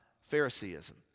Phariseeism